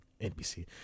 NBC